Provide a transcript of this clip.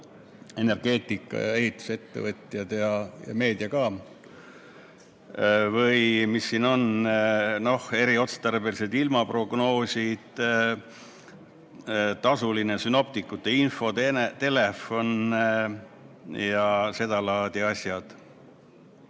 energeetika‑ ja ehitusettevõtjad ja meedia ka. Siin on eriotstarbelised ilmaprognoosid, tasuline sünoptikute infotelefon ja seda laadi asjad.